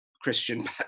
Christian